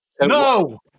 No